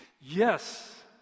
Yes